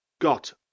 got